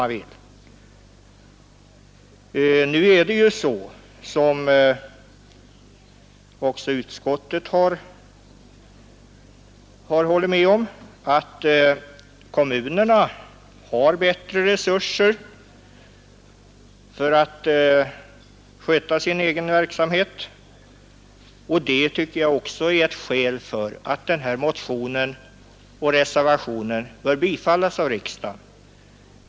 Nu är det så — och det har utskottet hållit med om — att kommunerna har bättre förutsättningar än länsstyrelsen för att bedöma sin egen verksamhet. Det tycker jag också är ett skäl för att den här motionen och reservationen bör bifallas av riksdagen.